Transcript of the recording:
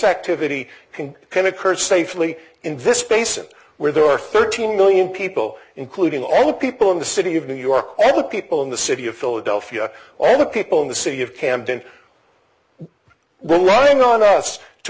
activity can can occur safely in this basin where there are thirteen million people including all people in the city of new york every people in the city of philadelphia all the people in the city of camden we're lying on us to